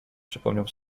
przypomniał